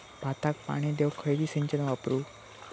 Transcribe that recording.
भाताक पाणी देऊक खयली सिंचन वापरू?